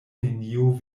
neniu